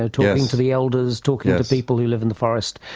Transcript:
ah talking to the elders, talking to people who live in the forest,